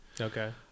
Okay